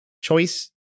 choice